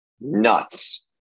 nuts